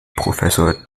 professor